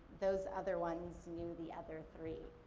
those other ones knew the other three.